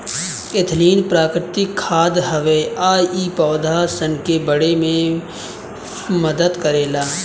ethylene प्राकृतिक खाद हवे आ इ पौधा सन के बढ़े में मदद करेला